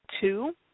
two